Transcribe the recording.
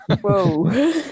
Whoa